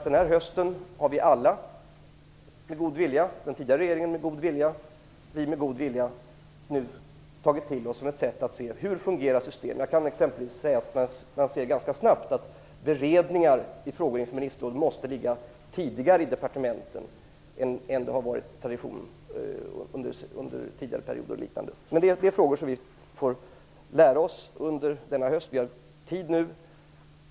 Den här hösten har alla, den tidigare regeringen och vi, med god vilja tagit till oss ett sätt att se på hur systemet fungerar. Vi har snabbt sett att beredningar i frågor inför ministerrådsmöten måste ske tidigare i departementen än vad traditionen har varit under tidigare perioder. Det är frågor vi har fått lära oss hantera under denna höst.